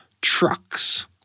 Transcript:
trucks